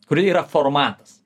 kuri yra formatas